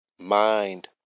Mind